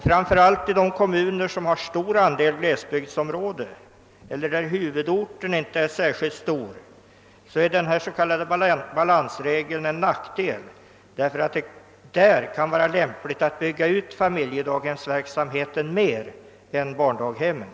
Framför allt i de kommuner, där glesbygdsområdena utgör en stor andel eller där huvudorten inte är särskilt stor, innebär denna s.k. balansregel en nackdel, därför att det där kan vara lämpligt att bygga ut familjedaghemmen mer än barndaghemmen.